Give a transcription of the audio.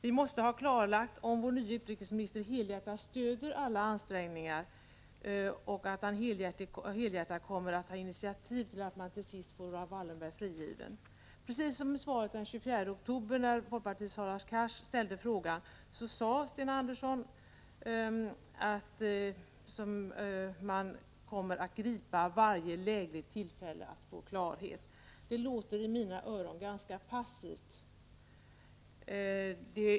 Vi måste få klarhet om vår nye utrikesminister helhjärtat stöder alla ansträngningar att få Raoul Wallenberg frigiven och att han helhjärtat kommer att ta initiativ i ärendet. Precis som i svaret till Hadar Cars den 24 oktober sade Sven Andersson i dag att man kommer att gripa varje lägligt tillfälle att få klarhet. Det låter i mina öron ganska passivt.